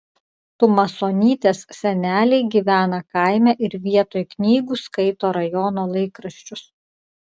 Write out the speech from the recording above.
tumasonytės seneliai gyvena kaime ir vietoj knygų skaito rajono laikraščius